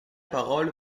parole